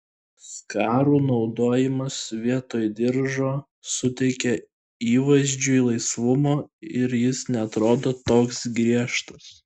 skarų naudojimas vietoj diržo suteikia įvaizdžiui laisvumo ir jis neatrodo toks griežtas